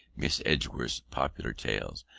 miss edgeworth's popular tales,